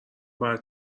باید